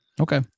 Okay